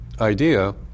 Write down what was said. idea